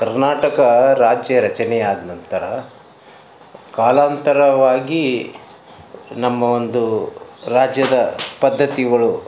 ಕರ್ನಾಟಕ ರಾಜ್ಯ ರಚನೆಯಾದ ನಂತರ ಕಾಲಾಂತರವಾಗಿ ನಮ್ಮ ಒಂದು ರಾಜ್ಯದ ಪದ್ಧತಿಗಳು